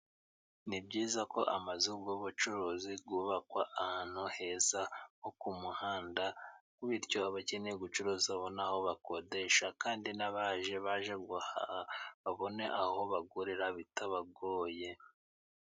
Ni byiza ko amazu y'ubucuruzi yubakwa ahantu heza ho ku muhanda, bityo abakeneye gucuruza babone aho bakodesha, kandi n'abaje baje guhaha babone aho bagurira bitabagoye.